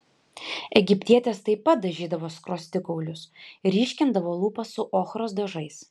egiptietės taip pat dažydavo skruostikaulius ir ryškindavo lūpas su ochros dažais